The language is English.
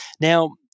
Now